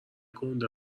گنده